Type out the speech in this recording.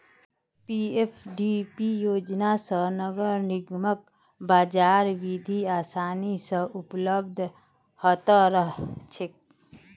PFDP योजना स नगर निगमक बाजार निधि आसानी स उपलब्ध ह त रह छेक